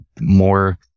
more